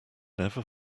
never